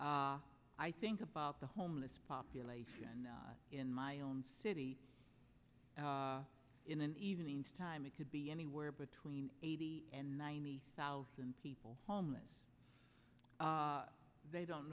i think about the homeless population in my own city in an evening's time it could be anywhere between eighty and ninety thousand people homeless they don't